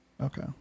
Okay